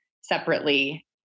separately